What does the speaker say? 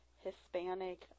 Hispanic